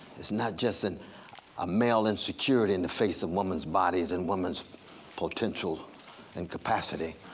is not just and a male insecurity in the face of women's bodies and women's potential and capacity,